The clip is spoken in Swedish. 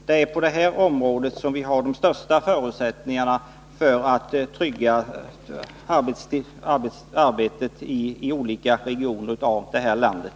Det är på detta område som vi har de största förutsättningarna att trygga arbetena i olika regioner i landet.